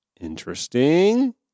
Interesting